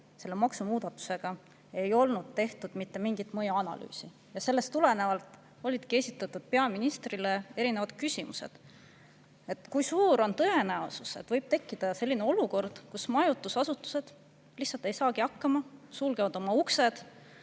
selle maksumuudatusega, ei olnud tehtud mitte mingit mõjuanalüüsi. Sellest tulenevalt ongi peaministrile esitatud erinevad küsimused. Kui suur on tõenäosus, et võib tekkida selline olukord, kus majutusasutused lihtsalt ei saagi hakkama ja sulgevad oma uksed,